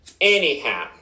anyhow